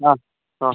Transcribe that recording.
ആ ആ